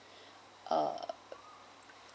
uh